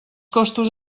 costos